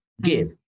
give